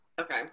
Okay